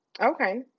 Okay